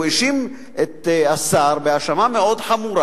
הוא האשים את השר בהאשמה מאוד חמורה,